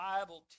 Bible